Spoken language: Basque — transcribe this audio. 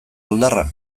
oldarra